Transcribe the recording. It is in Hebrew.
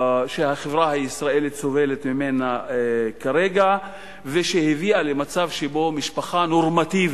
שהחברה הישראלית סובלת ממנה כרגע ושהביאה למצב שבו משפחה נורמטיבית,